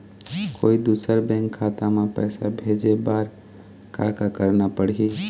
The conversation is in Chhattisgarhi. कोई दूसर बैंक खाता म पैसा भेजे बर का का करना पड़ही?